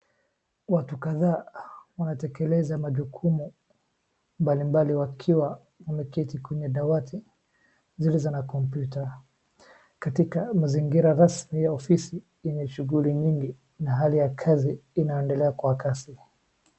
Watu kadhaa wanatekeleza majukumu mbalimbali wakiwa wameketi kwenye dawati zilizo na kompyuta. Katika mazingira rasmi ya ofisi yenye shughuli nyingi na hali ya kazi inaendelea kuwa kasi.